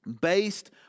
based